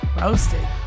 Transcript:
Roasted